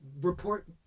Report